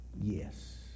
yes